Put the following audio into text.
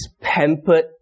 pampered